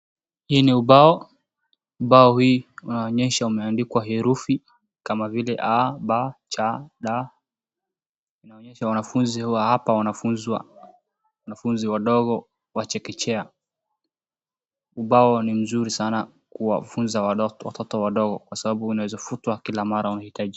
Hii ni ubao, ubao hii unaonyesha umeandikwa herufi kama vile a ba cha da, inaonyesha wanafunzi wa hapa wanafunzwa, wanafunzi wadogo wa chekechea. Ubao ni mzuri sana kuwafunza watoto wadogo kwa sababu unaeza futwa kila mara unahitaji.